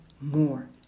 more